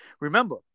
Remember